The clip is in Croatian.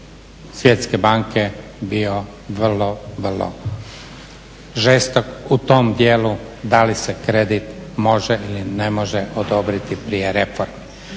Svjetske banke bio vrlo, vrlo žestok u tom dijelu da li se kredit može ili ne može odobriti prije reforme.